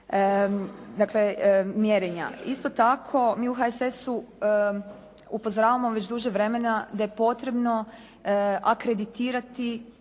mjerenja. Isto tako mi u HSS-u upozoravamo već duže vremena da je potrebno akreditirati